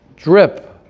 drip